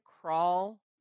crawl